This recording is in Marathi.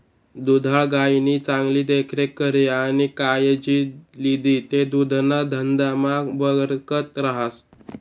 दुधाळ गायनी चांगली देखरेख करी आणि कायजी लिदी ते दुधना धंदामा बरकत रहास